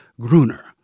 Gruner